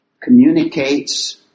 communicates